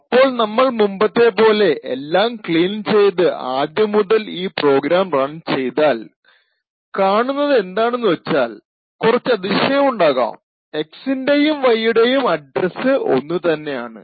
അപ്പോൾ നമ്മൾ മുന്പത്തെപ്പോലെ എല്ലാം ക്ലീൻ ചെയ്ത് ആദ്യം മുതൽ ഈ പ്രോഗ്രാം റൺ ചെയ്താൽ കാണുന്നതെന്താണെന്നു വച്ചാൽ കുറച്ചു അതിശയം ഉണ്ടാകാം X ൻറെയും Y യുടെയും അഡ്രസ്സ് ഒന്ന് തന്നെ ആണ്